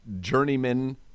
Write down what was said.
journeyman –